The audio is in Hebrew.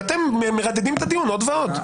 ואתם מרדדים את הדיון עוד ועוד.